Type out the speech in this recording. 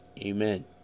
amen